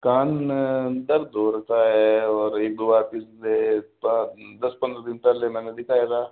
कान में दर्द हो रखा है और एक दो बार पिछले दस पंद्रह दिन पहले मैंने दिखाया था